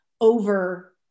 over